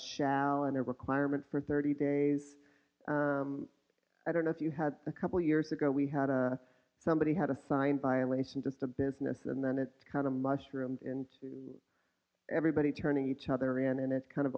shall and a requirement for thirty days i don't know if you had a couple years ago we had a somebody had a sign violation just a business and then it's kind of mushrooms into everybody turning each other in and it's kind of